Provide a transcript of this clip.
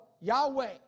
Yahweh